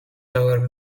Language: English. however